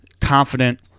confident